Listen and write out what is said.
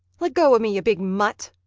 leggo of me, you big mut!